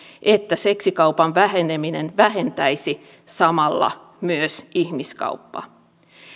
että seksikaupan väheneminen vähentäisi samalla myös ihmiskauppaa